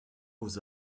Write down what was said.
aux